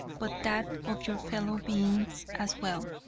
but that of your fellow beings as well.